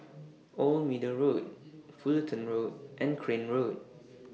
Old Middle Road Fullerton Road and Crane Road